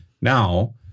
now